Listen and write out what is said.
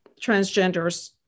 transgenders